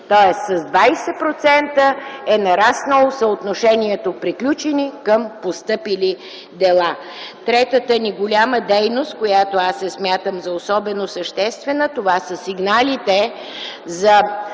тоест с 20% е нараснало съотношението приключени към постъпили дела. Третата ни голяма дейност, която аз смятам за особено съществена, това са сигналите,